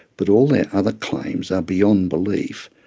but all their other claims are beyond belief,